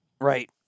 right